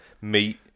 meat